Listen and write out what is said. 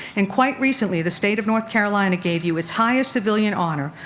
and, quite recently, the state of north carolina gave you its highest civilian honor,